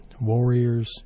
warriors